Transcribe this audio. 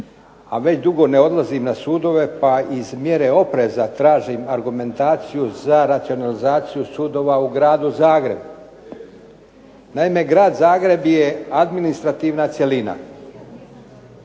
a već dugo ne odlazim na sudove pa iz mjere opreza tražim argumentaciju za racionalizaciju sudova u Gradu Zagrebu. Naime, Grad Zagreb je administrativna cjelina,